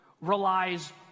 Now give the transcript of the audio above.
relies